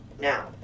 Now